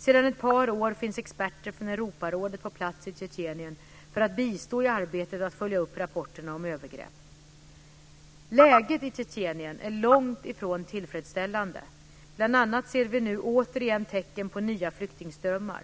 Sedan ett par år finns experter från Europarådet på plats i Tjetjenien för att bistå i arbetet att följa upp rapporterna om övergrepp. Läget i Tjetjenien är långt ifrån tillfredsställande. Bl.a. ser vi nu återigen tecken på nya flyktingströmmar.